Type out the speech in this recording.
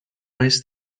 ways